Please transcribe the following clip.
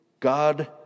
God